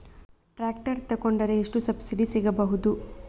Tractor ತೊಕೊಂಡರೆ ಎಷ್ಟು subsidy ಸಿಗಬಹುದು?